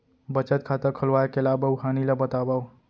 बचत खाता खोलवाय के लाभ अऊ हानि ला बतावव?